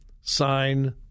sign